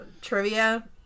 trivia